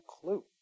clue